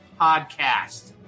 podcast